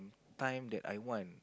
time that I want